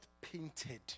painted